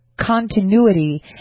continuity